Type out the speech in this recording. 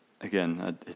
again